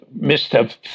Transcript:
mr